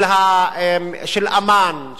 של אמ"ן,